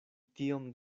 tiom